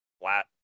flat